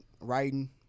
writing